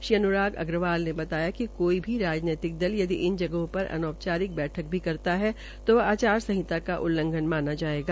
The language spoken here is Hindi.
श्री अन्रराग अग्रवाल ने बताया कि कोई भी राजनीतिक दल यदि इन जगहो र अनौ चारिक बैठक भी करता है तो वह आचार संहिता का उल्लघंन होगा